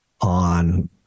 on